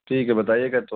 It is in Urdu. ٹھیک ہے بتائیے گا تو